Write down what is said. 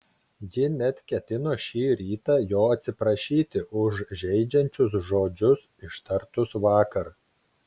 ji net ketino šį rytą jo atsiprašyti už žeidžiančius žodžius ištartus vakar